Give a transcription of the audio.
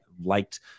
liked